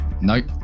nope